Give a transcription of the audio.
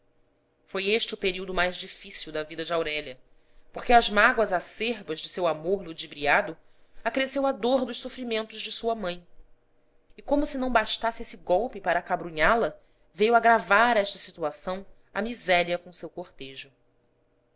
foi este o período mais difícil da vida de aurélia porque às mágoas acerbas de seu amor ludibriado acresceu a dor dos sofrimentos de sua mãe e como se não bastasse esse golpe para acabrunhá la veio agravar esta situação a miséria com seu cortejo